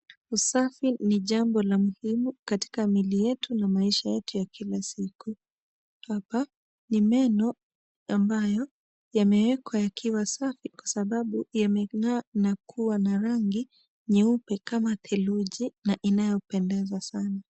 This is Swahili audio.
Usafi ni jambo la muhimu, katika miili yetu, na maisha yetu ya kila siku, hapa, ni meno, na ambayo yamewekwa yakiwa safi, kwa sababu, yameng'aa na kuwa na rangi, nyeupe kama theluji, na inayopendeza sana.